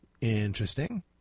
Interesting